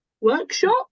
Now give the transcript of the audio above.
workshop